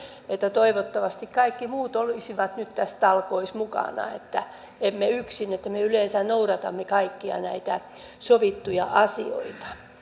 toivottavasti kaikki muut olisivat nyt näissä talkoissa mukana että emme olisi yksin me yleensä noudatamme kaikkia näitä sovittuja asioita